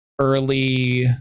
early